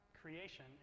creation